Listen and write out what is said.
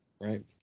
right